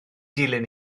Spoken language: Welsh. dilyn